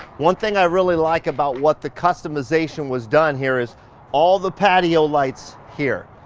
one thing i really like about what the customization was done here, is all the patio lights here.